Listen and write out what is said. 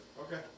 Okay